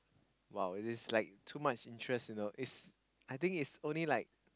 !wow! it is like too much interest you know is I think is only like